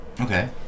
okay